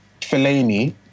Fellaini